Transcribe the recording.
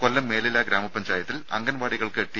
കൊല്ലം മേലില ഗ്രാമപഞ്ചായത്തിൽ അംഗൻവാടികൾക്ക് ടി